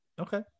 Okay